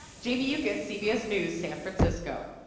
jamie yuccas, cbs news, san francisco.